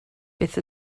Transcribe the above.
beth